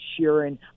Sheeran